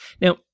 Now